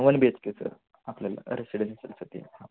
one B H K sir आपल्याला residential सध्या हां